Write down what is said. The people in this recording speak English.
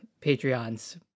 Patreons